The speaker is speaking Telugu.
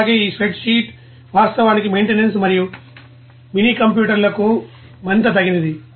అలాగే ఈ స్ప్రెడ్ షీట్ వాస్తవానికి మెయింటెనెన్స్ మరియు మినీకంప్యూటర్లకు మరింత తగినది